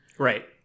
Right